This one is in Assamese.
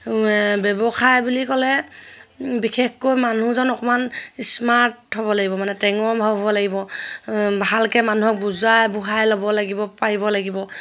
ব্যৱসায় বুলি ক'লে বিশেষকৈ মানুহজন অকমান স্মাৰ্ট হ'ব লাগিব মানে টেঙৰ হ'ব লাগিব ভালকে মানুহক বুজাই বুঢ়াই ল'ব লাগিব পাৰিব লাগিব